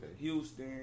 Houston